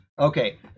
Okay